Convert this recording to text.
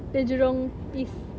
the jurong east